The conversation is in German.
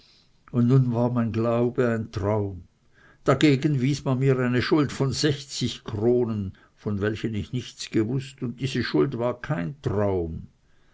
und nun war mein glaube ein traum dagegen wies man mir eine schuld von sechzig kronen von welchen ich nichts gewußt und diese schuld war kein traum